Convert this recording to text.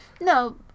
No